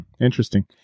interesting